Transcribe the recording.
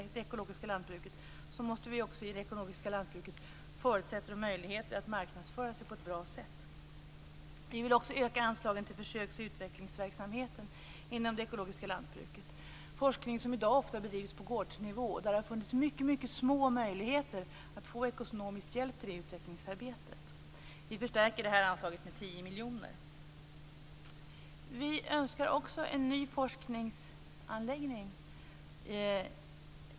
Det är fråga om en forskning som i dag ofta bedrivs på gårdsnivå. Det har funnits mycket små möjligheter att få ekonomisk hjälp till det utvecklingsarbetet.